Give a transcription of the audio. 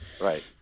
Right